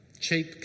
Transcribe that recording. cheap